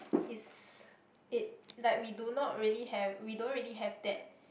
is it like we do not really have we don't really have that